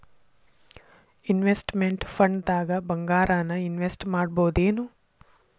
Investment ಫಂಡ್ದಾಗ್ ಭಂಗಾರಾನ invest ಮಾಡ್ಬೊದೇನು?